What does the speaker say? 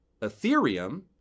Ethereum